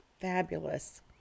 Fabulous